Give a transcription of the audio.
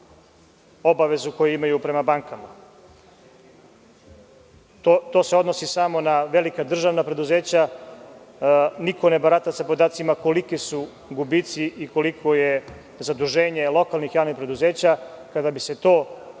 obavezu koju imaju prema bankama. To se odnosi samo na velika državna preduzeća. Niko ne barata sa podacima koliki su gubici i koliko je zaduženje lokalnih javnih preduzeća. Kada bi se to